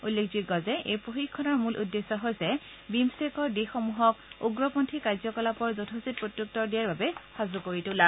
উল্লেখযোগ্য যে এই প্ৰশিক্ষণৰ মূল উদ্দেশ্য হৈছে বিম্ছট্টেকৰ দেশসমূহক উগ্ৰপন্থী কাৰ্যকলাপৰ যথোচিত প্ৰত্যুত্তৰ দিয়াৰ বাবে সাজু কৰি তোলা